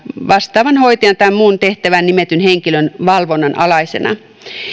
vastaavan hoitajan tai muun tehtävään nimetyn henkilön valvonnan alaisena